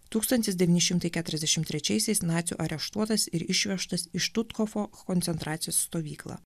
tūkstantis devyni šimtai keturiasdešim trečiaisiais nacių areštuotas ir išvežtas į štuthofo koncentracijos stovyklą